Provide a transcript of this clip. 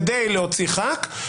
כדי להוציא חבר כנסת,